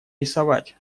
рисовать